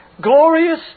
glorious